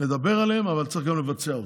לדבר עליהן, אבל צריך גם לבצע אותן.